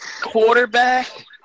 Quarterback